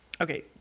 Okay